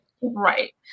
Right